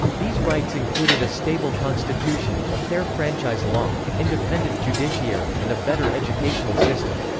these rights included a stable constitution, a fair franchise law, an independent judiciary and a better educational system.